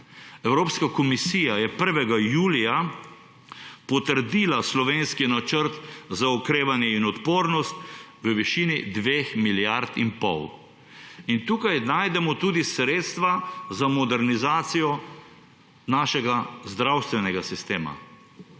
Evropska komisija je 1. julija potrdila slovenski Načrt za okrevanje in odpornost v višini 2 milijard in pol. In tukaj najdemo tudi sredstva za modernizacijo našega zdravstvenega sistema.